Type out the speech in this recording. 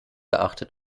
achtet